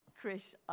Chris